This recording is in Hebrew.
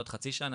לעוד חצי שנה,